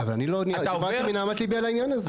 אבל אני לא דיברתי מנהמת ליבי על העניין הזה.